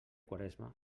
quaresma